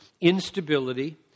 Instability